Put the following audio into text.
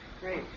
Great